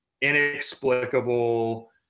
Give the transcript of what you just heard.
inexplicable